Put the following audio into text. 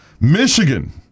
Michigan